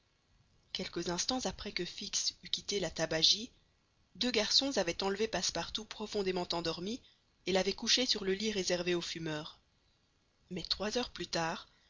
quelques instants après que fix eut quitté la tabagie deux garçons avaient enlevé passepartout profondément endormi et l'avaient couché sur le lit réservé aux fumeurs mais trois heures plus tard